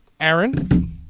Aaron